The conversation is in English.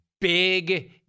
big